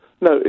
No